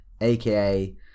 aka